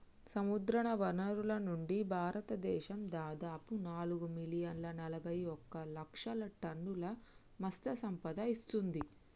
సముద్రవనరుల నుండి, భారతదేశం దాదాపు నాలుగు మిలియన్ల నలబైఒక లక్షల టన్నుల మత్ససంపద ఇస్తుంది